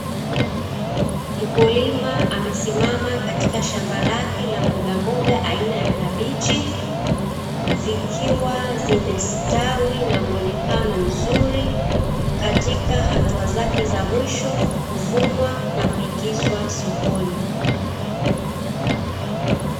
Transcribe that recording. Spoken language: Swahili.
Mkulima amesimama katika shamba lake la mbogamboga aina ya kabichi, zikiwa zimestawi na muonekano mzuri katika hatua zake za mwisho, kuvunwa na kuingizwa sokoni.